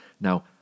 Now